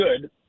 good